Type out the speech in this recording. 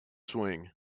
swing